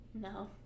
No